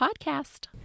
Podcast